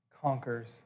conquers